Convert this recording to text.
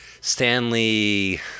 Stanley